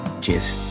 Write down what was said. cheers